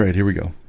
here. we go.